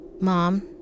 Mom